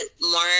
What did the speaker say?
more